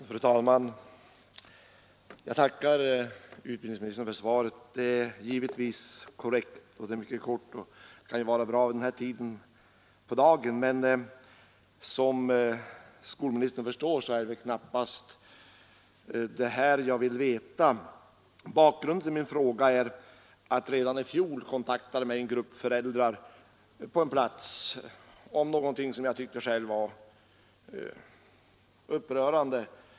Fru talman! Jag tackar utbildningsministern för svaret. Det är givetvis korrekt. Det är mycket kort, och det kan ju vara bra vid den här tiden på dagen. Men som skolministern förstår är det knappast det här jag vill veta. Bakgrunden till min fråga är att redan i fjol en grupp föräldrar kontaktade mig på en plats om någonting som jag själv tyckte var upprörande.